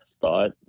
thought